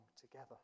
together